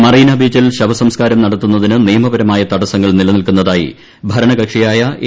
മറീന ബീച്ചിൽ ശവസംസ്ക്കാരം നടത്തുന്നതിന് നിയമപരമായ തടസ്സങ്ങൾ നിലനിൽക്കുന്നതായി ഭരണകക്ഷിയായ എ